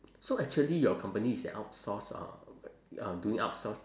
so actually your company is an outsource uh um doing outsource